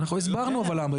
אנחנו הסברנו אבל למה.